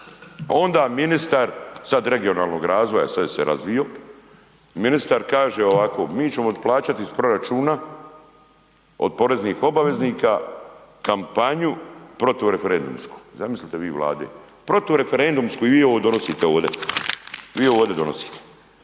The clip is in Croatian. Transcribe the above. onda ministar, sada regionalnog razvoja, sada se je razvio, ministar kaže ovako mi ćemo plaćati iz proračuna od poreznih obaveznika kampanju protiv referendumsku. Zamislite vi Vlade, protu referendumsku. I vi donosite ovdje, vi ovdje donosite.